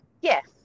yes